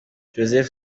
joseph